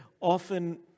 often